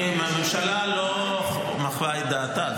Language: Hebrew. הממשלה לא מחווה את דעתה.